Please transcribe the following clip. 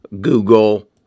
Google